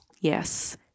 Yes